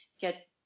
get